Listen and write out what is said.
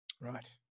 Right